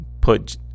put